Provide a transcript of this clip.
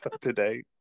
today